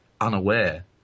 unaware